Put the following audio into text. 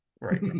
Right